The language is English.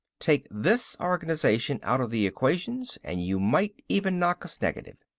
take this organization out of the equations and you might even knock us negative.